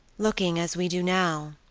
looking as we do now,